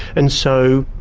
and so,